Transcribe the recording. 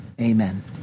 amen